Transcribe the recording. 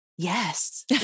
yes